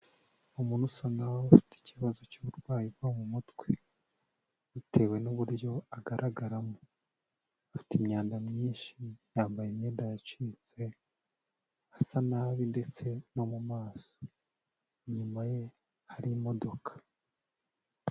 U,muntu usa n'aho afite ikibazo cy'uburwayi bwo mu mutwe bitewe n'uburyo agaragaramo, afite imyanda myinshi yambaye imyenda yacitse. Asa nabi ndetse no mu maso inyuma ye hari imodoka.